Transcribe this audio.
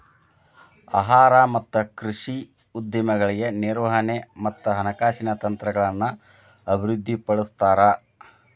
ಆಹಾರ ಮತ್ತ ಕೃಷಿ ಉದ್ಯಮಗಳಿಗೆ ನಿರ್ವಹಣೆ ಮತ್ತ ಹಣಕಾಸಿನ ತಂತ್ರಗಳನ್ನ ಅಭಿವೃದ್ಧಿಪಡಿಸ್ತಾರ